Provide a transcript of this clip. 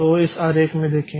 तो इस आरेख में देखें